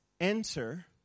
enter